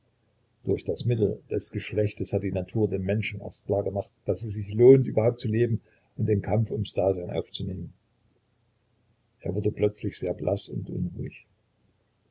durch das mittel des geschlechtes hat die natur dem menschen erst klar gemacht daß es sich lohnt überhaupt zu leben und den kampf ums dasein aufzunehmen er wurde plötzlich sehr blaß und unruhig